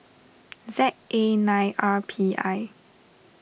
Z A nine R P I